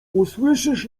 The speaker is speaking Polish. usłyszysz